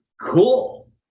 Cool